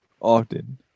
often